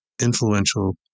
influential